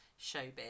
showbiz